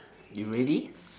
you ready